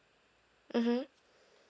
mmhmm